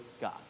God